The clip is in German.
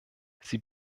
sie